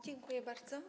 Dziękuję bardzo.